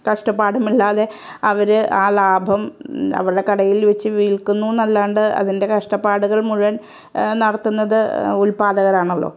കഷ്ടപ്പാടുമില്ലാതെ അവര് ആ ലാഭം അവരുടെ കടയിൽ വെച്ച് വിൽക്കുന്നൂ എന്നല്ലാണ്ട് അതിൻ്റെ കഷ്ടപ്പാടുകൾ മുഴുവൻ നടത്തുന്നത് ഉൽപാദകരാണല്ലൊ